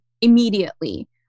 immediately